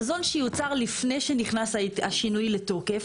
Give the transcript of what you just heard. מזון שיוצר לפני שנכנס השינוי לתוקף